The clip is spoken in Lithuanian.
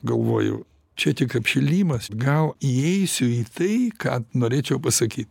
galvoju čia tik apšilimas gal įeisiu į tai ką norėčiau pasakyt